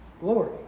glory